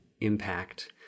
impact